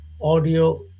audio